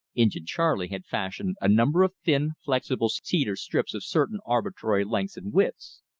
injin charley had fashioned a number of thin, flexible cedar strips of certain arbitrary lengths and widths.